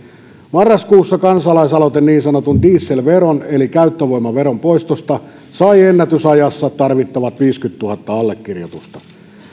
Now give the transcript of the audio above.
marraskuussa kansalaisaloite niin sanotun dieselveron eli käyttövoimaveron poistosta sai ennätysajassa tarvittavat viisikymmentätuhatta allekirjoitusta